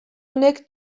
honek